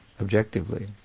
objectively